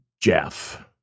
Jeff